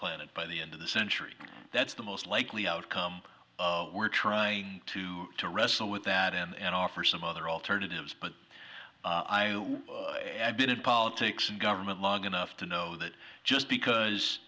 planet by the end of the century that's the most likely outcome we're trying to wrestle with that and offer some other alternatives but i have been in politics and government log enough to know that just because